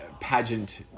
pageant